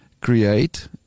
create